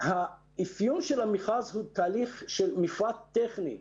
האפיון של המכרז הוא תהליך של מכרז טכני.